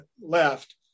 left